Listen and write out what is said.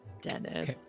Dennis